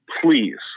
please